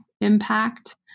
impact